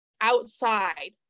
outside